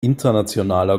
internationaler